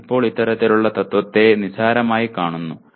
എന്നാൽ ഇപ്പോൾ ഇത്തരത്തിലുള്ള തത്ത്വത്തെ നിസ്സാരമായി കാണുന്നു